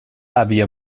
àvia